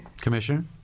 Commissioner